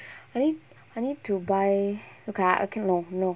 I ne~ I need to buy okay I K no no